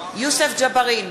יוסף ג'בארין,